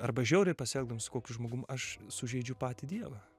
arba žiauriai pasielgdamas su kokiu žmogum aš sužeidžiu patį dievą